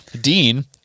Dean